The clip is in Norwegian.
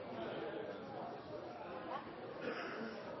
når det